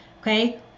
okay